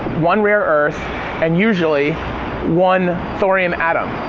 one rare earth and usually one thorium atom.